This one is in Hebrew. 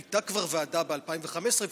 הייתה כבר ועדה ב-2015,